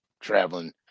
traveling